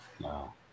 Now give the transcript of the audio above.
wow